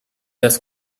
das